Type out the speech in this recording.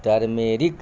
turmeric